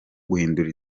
guhindura